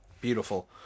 Beautiful